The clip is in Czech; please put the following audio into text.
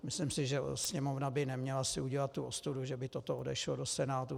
Myslím si, že Sněmovna by neměla si udělat tu ostudu, že by toto odešlo do Senátu.